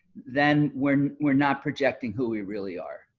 then we're we're not projecting who we really are.